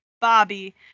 Bobby